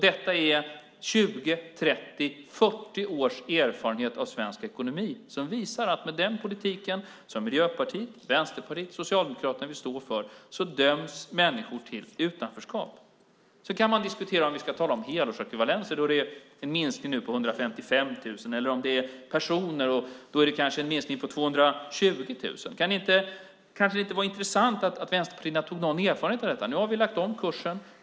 Detta är 20, 30, 40 års erfarenhet av svensk ekonomi som visar att med den politik som Miljöpartiet, Vänsterpartiet och Socialdemokraterna vill stå för döms människor till utanförskap. Sedan kan man diskutera - om vi ska tala om helårsekvivalenter - om det nu är en minskning med 155 000. Eller kanske är det en minskning med 220 000 personer. Kan det inte vara intressant för vänsterpartierna att hämta någon erfarenhet från detta? Nu har vi lagt om kursen.